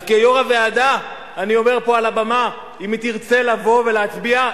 אז כיו"ר הוועדה אני אומר פה על הבמה: אם היא תרצה לבוא ולהצביע,